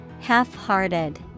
Half-hearted